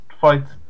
fights